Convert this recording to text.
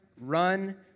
run